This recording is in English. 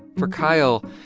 for kyle,